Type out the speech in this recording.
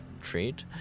trade